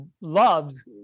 loves